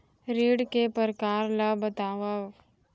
ऋण के परकार ल बतावव?